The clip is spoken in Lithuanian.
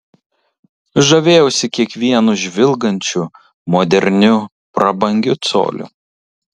žavėjausi kiekvienu žvilgančiu moderniu prabangiu coliu